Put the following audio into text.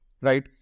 right